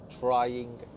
trying